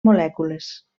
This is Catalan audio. molècules